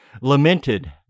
lamented